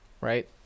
right